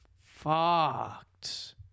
fucked